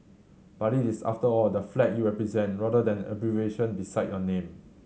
but it is after all the flag you represent rather than abbreviation beside your name